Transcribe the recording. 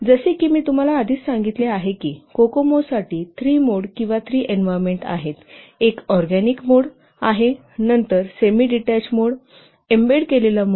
जसे की मी तुम्हाला आधीच सांगितले आहे की कोकोमो साठी 3 मोड किंवा 3 एन्व्हायरमेंट आहेत एक ऑरगॅनिक मोड आहे नंतर सेमीडीटेच मोड एम्बेडेड मोड